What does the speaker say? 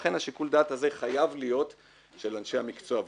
ולכן שיקול הדעת הזה חייב להיות של אנשי המקצוע,